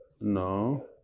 No